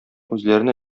үзләренә